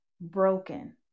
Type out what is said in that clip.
Broken